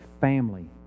family